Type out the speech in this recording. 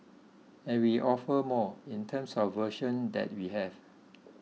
and we offer more in terms of version that we have